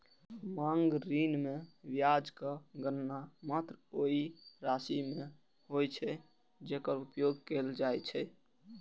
मांग ऋण मे ब्याजक गणना मात्र ओइ राशि पर होइ छै, जेकर उपयोग कैल जाइ छै